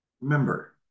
remember